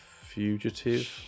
Fugitive